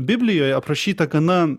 biblijoje aprašyta gana